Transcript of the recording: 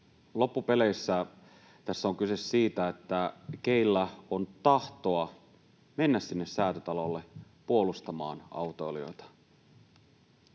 Loppupeleissä tässä on kyse siitä, keillä on tahtoa mennä sinne Säätytalolle puolustamaan autoilijoita.